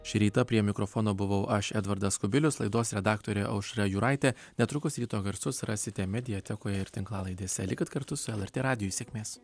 šį rytą prie mikrofono buvau aš edvardas kubilius laidos redaktorė aušra juraitė netrukus ryto garsus rasite mediatekoje ir tinklalaidėse likit kartu su lrt radiju sėkmės